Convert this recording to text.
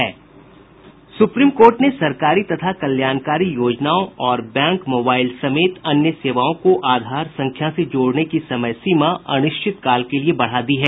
supreme court ने सरकारी तथा कल्याणकारी योजनाओं और बैंक मोबाईल समेत अन्य सेवाओं को आधार संख्या से जोड़ने की समय सीमा अनिश्चित काल के लिए बढ़ा दी है